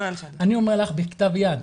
אני אומר לך - בכתב יד,